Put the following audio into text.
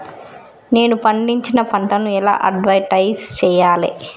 నేను పండించిన పంటను ఎలా అడ్వటైస్ చెయ్యాలే?